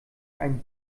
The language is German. einen